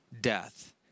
death